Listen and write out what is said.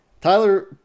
Tyler